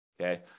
okay